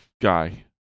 guy